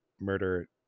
murder